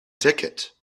ticket